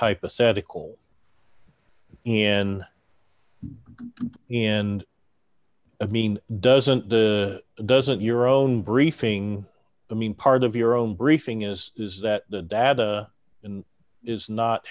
hypothetical and and i mean doesn't the doesn't your own briefing i mean part of your own briefing is is that the data and is not